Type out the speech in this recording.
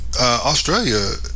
Australia